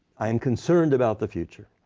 am concerned about the future.